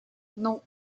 non